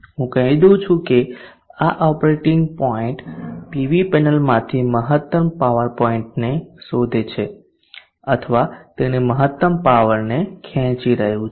હું કહી દઉં કે આ ઓપરેટિંગ પોઇન્ટ પીવી પેનલમાંથી મહત્તમ પાવર પોઇન્ટ ને શોધે છે અથવા તેની મહત્તમ પાવરને ખેંચી રહ્યું છે